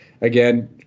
again